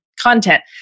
content